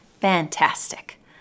Fantastic